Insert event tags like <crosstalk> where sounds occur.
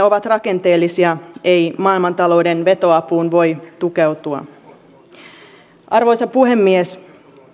<unintelligible> ovat rakenteellisia ei maailmantalouden vetoapuun voi tukeutua arvoisa puhemies